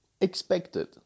expected